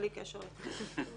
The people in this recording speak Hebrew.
בלי קשר לכלום.